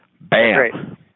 bam